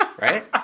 right